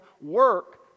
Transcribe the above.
work